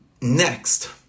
Next